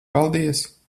paldies